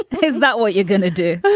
is that what you're going to do?